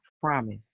promise